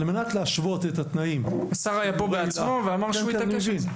על מנת להשוות את התנאים --- השר היה פה בעצמו ואמר שהוא יתעקש על זה.